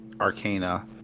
Arcana